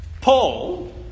Paul